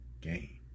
game